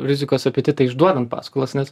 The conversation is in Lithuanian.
rizikos apetitą išduodant paskolas nes